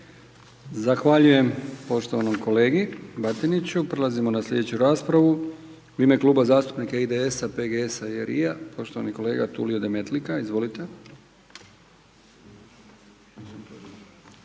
Zahvaljujem poštovanom kolegi Batiniću. Prelazimo na sljedeću raspravu, u ime Kluba zastupnika IDS-a, PGS-a i RI-a poštovani kolega Tulio Demetlika, izvolite.